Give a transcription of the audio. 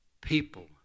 people